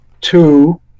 Two